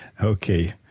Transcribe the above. Okay